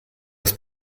das